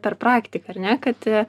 per praktiką ar ne kad